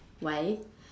why